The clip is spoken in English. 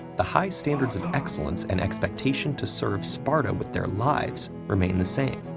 the high standards of excellence and expectation to serve sparta with their lives remained the same.